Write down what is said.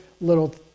little